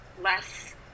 less